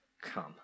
come